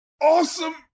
AWESOME